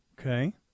Okay